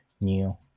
new